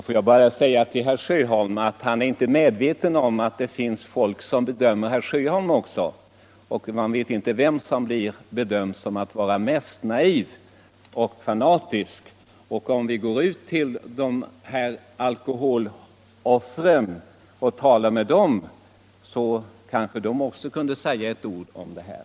Herr talman! Herr Sjöholm är inte medveten om att det finns folk som bedömer honom också. Man vet inte vem som bedöms vara mest naiv och fanatisk. Om vi går ut och talar med offren för alkoholen så kanske också de har ett ord att säga om det här.